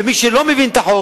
ומי שלא מבין את החוק,